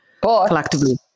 collectively